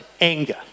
anger